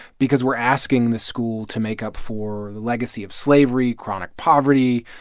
because we're asking the school to make up for the legacy of slavery, chronic poverty,